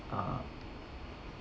uh